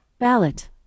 Ballot